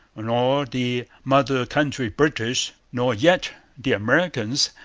nor the mother-country british, nor yet the americans,